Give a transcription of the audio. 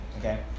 Okay